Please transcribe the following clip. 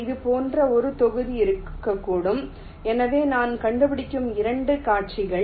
இது போன்ற ஒரு தொகுதி இருக்கக்கூடும் எனவே நான் காண்பிக்கும் 2 காட்சிகள்